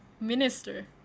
Minister